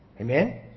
Amen